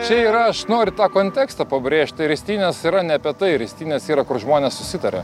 čia ir aš noriu tą kontekstą pabrėžti ristynės yra ne apie tai ristynės yra kur žmonės susitaria